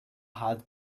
had